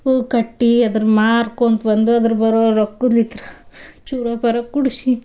ಹೂ ಕಟ್ಟೆ ಅದ್ರನ್ನ ಮಾರ್ಕೋತಾ ಬಂದು ಅದ್ರಲ್ಲಿ ಬರೋ ರೊಕ್ಕಲ್ಲಿತ್ರ ಚೂರೋ ಪಾರೋ ಕೂಡ್ಸಿ